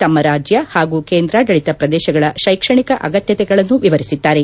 ತಮ್ಮ ರಾಜ್ಯಗಳು ಹಾಗೂ ಕೇಂದ್ರಾಡಳಿತ ಪ್ರದೇಶಗಳ ಶೈಕ್ಷಣಿಕ ಅಗತ್ಯತೆಗಳನ್ನು ವಿವರಿಸಿದ್ದಾರೆ